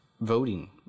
voting